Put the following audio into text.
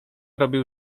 robił